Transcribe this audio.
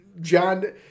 John